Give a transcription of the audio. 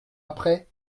après